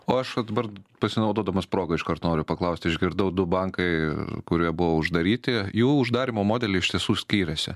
o aš vat dabar pasinaudodamas proga iškart noriu paklausti išgirdau du bankai kurie buvo uždaryti jų uždarymo modeliai iš tiesų skyrėsi